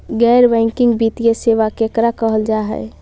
गैर बैंकिंग वित्तीय सेबा केकरा कहल जा है?